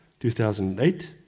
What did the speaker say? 2008